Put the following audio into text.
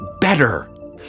better